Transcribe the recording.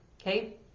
Okay